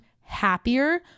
happier